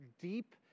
deep